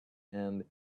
and